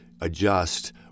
adjust